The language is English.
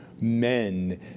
men